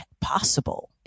possible